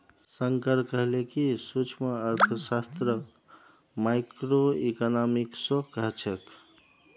शंकर कहले कि सूक्ष्मअर्थशास्त्रक माइक्रोइकॉनॉमिक्सो कह छेक